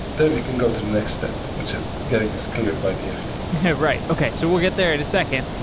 then you can go to the next step, which is getting this cleared by the fda right. okay, so we'll get there in a second.